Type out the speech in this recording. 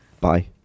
Bye